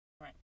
Right